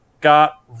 got